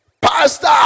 Pastor